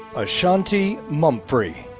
ashanti mumphrey.